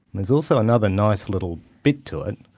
there's also another nice little bit to it.